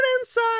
inside